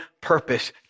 purpose